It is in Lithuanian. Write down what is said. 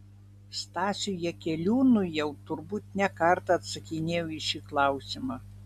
stasiui jakeliūnui jau turbūt ne kartą atsakinėjau į šį klausimą